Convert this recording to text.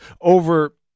Over